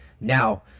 now